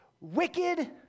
wicked